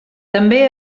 també